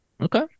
Okay